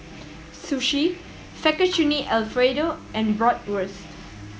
Sushi Fettuccine Alfredo and Bratwurst